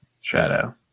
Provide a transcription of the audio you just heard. shadow